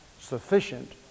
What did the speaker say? sufficient